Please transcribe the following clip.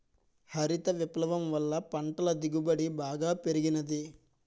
హరిత విప్లవం వల్ల పంటల దిగుబడి బాగా పెరిగినాది